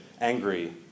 angry